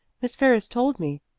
miss ferris told me.